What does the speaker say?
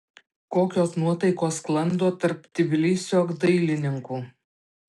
kokios nuotaikos sklando tarp tbilisio dailininkų